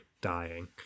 dying